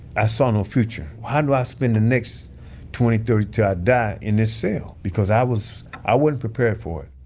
i saw no future. how do i spend the next twenty, thirty til i die in this cell because i was, i wasn't prepared for